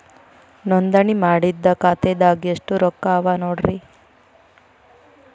ನೋಂದಣಿ ಮಾಡಿದ್ದ ಖಾತೆದಾಗ್ ಎಷ್ಟು ರೊಕ್ಕಾ ಅವ ನೋಡ್ರಿ